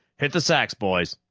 hit the sacks, boys.